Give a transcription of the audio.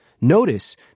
Notice